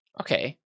okay